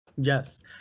Yes